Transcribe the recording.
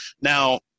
Now